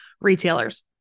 retailers